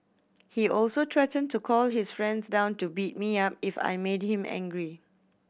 he also threatened to call his friends down to beat me up if I made him angry